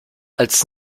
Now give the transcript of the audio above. als